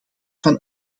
van